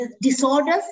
disorders